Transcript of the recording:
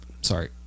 Sorry